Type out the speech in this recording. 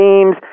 teams